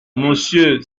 monsieur